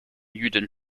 jüdin